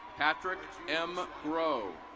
patrick m rowe.